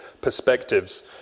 perspectives